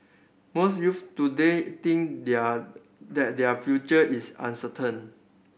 most youths today think their that their future is uncertain